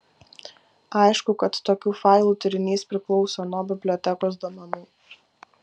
aišku kad tokių failų turinys priklauso nuo bibliotekos duomenų